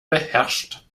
beherrscht